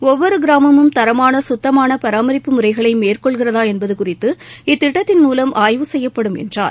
ஒவ்வொரு கிராமமும் தரமான சுத்தமான பராமரிப்பு முறைகளை மேற்கொள்கிறதா என்பது குறித்து இத்திட்டத்தின் மூலம் ஆய்வு செய்யப்படும் என்றார்